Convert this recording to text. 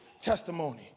testimony